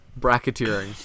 Bracketeering